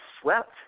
swept